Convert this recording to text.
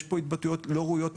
יש פה התבטאויות לא ראויות,